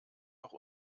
noch